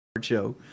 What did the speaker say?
Show